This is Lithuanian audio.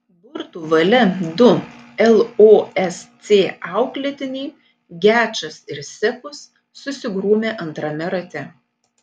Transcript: burtų valia du losc auklėtiniai gečas ir sekus susigrūmė antrame rate